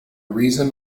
reason